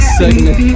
segment